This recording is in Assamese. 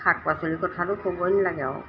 শাক পাচলিৰ কথাটো ক'বই নালাগে আৰু